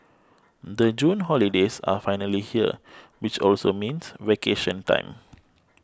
the June holidays are finally here which also means vacation time